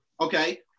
Okay